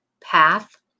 path